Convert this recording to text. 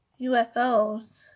UFOs